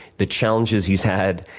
the challenges he has had,